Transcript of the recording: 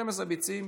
12 ביצים